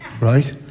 right